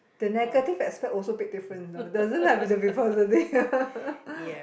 the negative aspect also big difference you know doesn't have to be positive